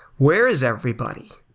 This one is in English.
where is everybody?